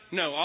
no